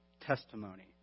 testimony